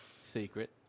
secret